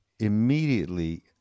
Immediately